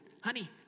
honey